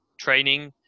training